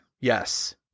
yes